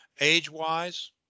age-wise